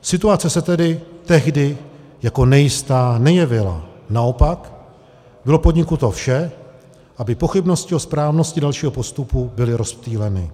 Situace se tedy tehdy jako nejistá nejevila, naopak bylo podniknuto vše, aby pochybnosti o správnosti dalšího postupu byly rozptýleny.